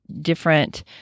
different